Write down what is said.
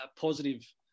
positive